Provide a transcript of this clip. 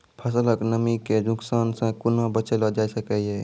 फसलक नमी के नुकसान सॅ कुना बचैल जाय सकै ये?